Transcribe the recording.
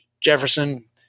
Jefferson